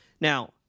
Now